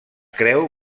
creu